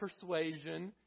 persuasion